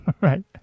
right